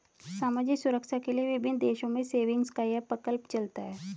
सामाजिक सुरक्षा के लिए विभिन्न देशों में सेविंग्स का यह प्रकल्प चलता है